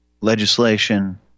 legislation